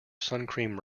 suncream